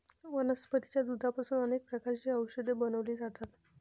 वनस्पतीच्या दुधापासून अनेक प्रकारची औषधे बनवली जातात